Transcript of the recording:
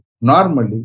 normally